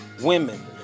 women